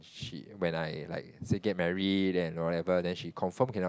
she when I like say get married and whatever then she confirm cannot